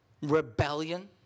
rebellion